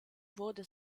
wurde